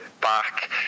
back